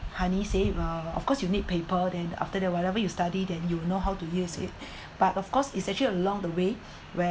honey saver uh of course you need paper then after that whatever you study then you know how to use it but of course it's actually along the way where